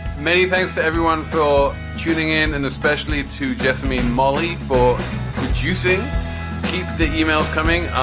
many thanks to everyone for ah tuning in and especially to jessamy molly for producing. keep the e-mails coming.